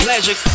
Magic